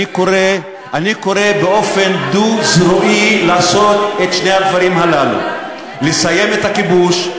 אני קורא באופן דו-זרועי לעשות את שני הדברים הללו: לסיים את הכיבוש,